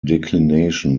declination